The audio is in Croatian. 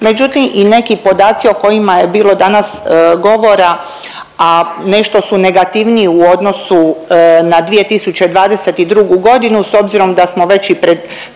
Međutim i neki podaci o kojima je bilo danas govora, a nešto su negativniji u odnosu na 2022. godinu s obzirom da smo već i pred